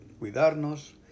cuidarnos